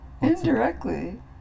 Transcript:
indirectly